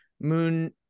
moon